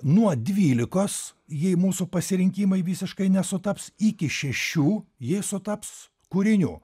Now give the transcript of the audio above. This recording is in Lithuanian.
nuo dvylikos jei mūsų pasirinkimai visiškai nesutaps iki šešių jei sutaps kūrinių